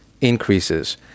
increases